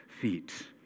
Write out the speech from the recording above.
feet